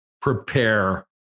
prepare